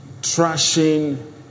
trashing